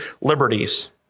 liberties